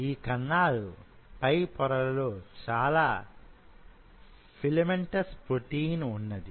ఈ కణాల పై పొరలలో చాలా ఫిలమెంటస్ ప్రోటీన్ వున్నది